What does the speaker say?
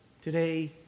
today